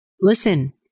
listen